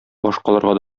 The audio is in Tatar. башкаларга